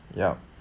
yup